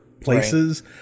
places